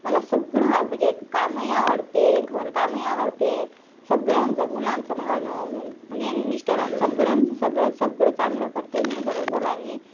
मला सगळं म्हणजे कामही आवडते घरकामही आवडते सगळ्यांचं मुलांचं भानं मु म्हणजे मिस्टरां सगळ्यांचं सगळं सगळं चांगलं करते मी बरोबर आणि